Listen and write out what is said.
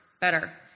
better